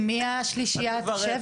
עם מי השלישיה תשב,